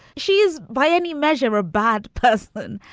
she is, by any measure, a bad person.